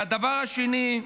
והדבר השני,